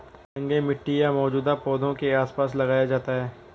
नंगे मिट्टी या मौजूदा पौधों के आसपास लगाया जाता है